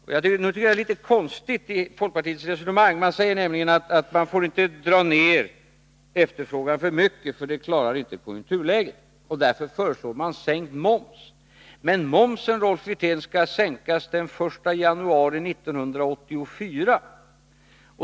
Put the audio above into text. Nu tycker jag att folkpartiets resonemang är litet konstigt. Folkpartiet säger att man inte får dra ned efterfrågan för mycket, för det klarar inte konjunkturläget, och därför föreslås sänkt moms. Men momsen, Rolf Wirtén, skall sänkas den 1 januari 1984.